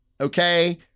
okay